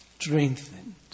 strengthened